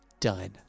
Done